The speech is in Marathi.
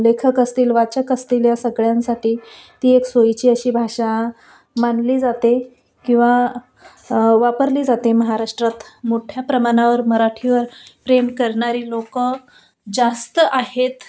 लेखक असतील वाचक असतील या सगळ्यांसाठी ती एक सोयीची अशी भाषा मानली जाते किंवा वापरली जाते महाराष्ट्रात मोठ्या प्रमाणावर मराठीवर प्रेम करणारी लोकं जास्त आहेत